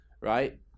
right